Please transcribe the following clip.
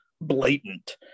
blatant